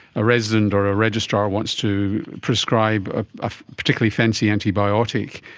a resident or a registrar wants to prescribe ah a particularly fancy antibiotic,